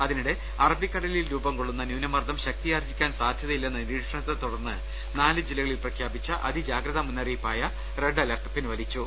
അതിനിടെ അറബിക്കടലിൽ രൂപം കൊള്ളുന്ന ന്യൂനമർദ്ദം ശക്തിയാർജ്ജിക്കാൻ സാധ്യതയില്ലെന്ന നിരീക്ഷണത്തെത്തു ടർന്ന് നാല് ജില്ലകളിൽ പ്രഖ്യാപിച്ച അതി ജാഗ്രതാ മുന്നറി യിപ്പായ റെഡ് അലർട്ട് പിൻവലിച്ചു